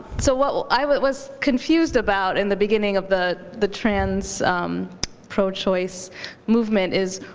so what what i was confused about in the beginning of the the trans pro-choice movement is,